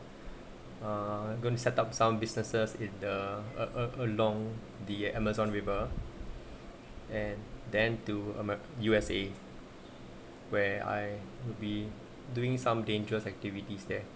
uh going to set up some businesses in the uh along the amazon river and then to ame~ U_S_A where I will be doing some dangerous activities there